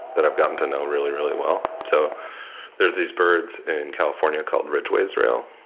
that i've gotten to know really, really well. so there's these birds in california called ridgway's rail.